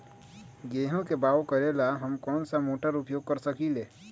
गेंहू के बाओ करेला हम कौन सा मोटर उपयोग कर सकींले?